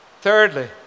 Thirdly